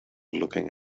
looking